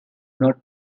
not